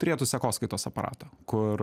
turėtų sekoskaitos aparatą kur